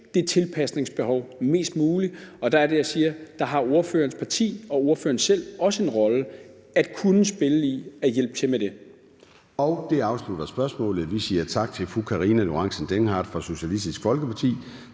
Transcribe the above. det tilpasningsbehov mest muligt, og der er det, at jeg siger: Der har ordførerens parti og ordføreren selv også en rolle at spille i forhold til at hjælpe til med det. Kl. 14:23 Formanden (Søren Gade): Det afslutter spørgsmålet. Vi siger tak til fru Karina Lorentzen Dehnhardt fra Socialistisk Folkeparti.